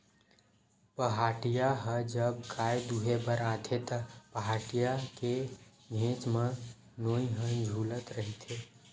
पहाटिया ह जब गाय दुहें बर आथे त, पहाटिया के घेंच म नोई ह छूलत रहिथे